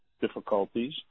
difficulties